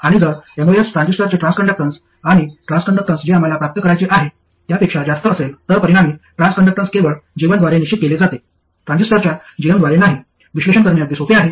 आणि जर एमओएस ट्रान्झिस्टरचे ट्रान्सकंडक्टन्स आणि ट्रान्सकंडक्टन्स जे आम्हाला प्राप्त करायचे आहे त्यापेक्षा जास्त असेल तर परिणामी ट्रान्सकंडक्टन्स केवळ G1 द्वारे निश्चित केले जाते ट्रान्झिस्टरच्या gm द्वारे नाही विश्लेषण करणे अगदी सोपे आहे